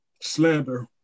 slander